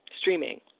streaming